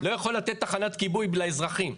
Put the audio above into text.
לא יכול לתת תחנת כיבוי לאזרחים.